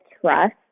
trust